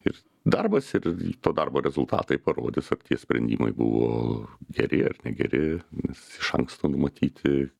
ir darbas ir to darbo rezultatai parodys ar tie sprendimai buvo geri ar negeri nes iš anksto numatyti